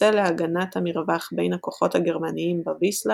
שתוקצה להגנת המרווח בין הכוחות הגרמניים בויסלה